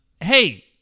Hey